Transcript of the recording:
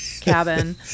cabin